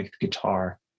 guitar